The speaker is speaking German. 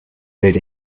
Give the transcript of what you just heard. fällt